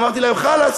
אמרתי להם, חלאס,